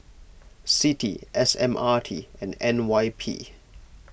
Citi S M R T and N Y P